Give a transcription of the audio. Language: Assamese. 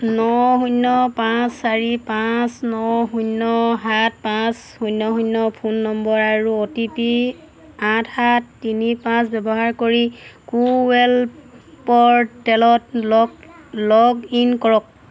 ন শূন্য পাঁচ চাৰি পাঁচ ন শূন্য সাত পাঁচ শূন্য শূন্য ফোন নম্বৰ আৰু অ' টি পি আঠ সাত তিনি পাঁচ ব্যৱহাৰ কৰি কো ৱিন প'ৰ্টেলত লগ লগ ইন কৰক